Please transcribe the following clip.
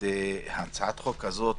הצעת החוק הזאת